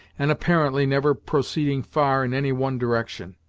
and apparently never proceeding far in any one direction.